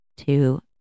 two